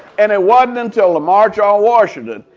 and it wasn't until the march on washington,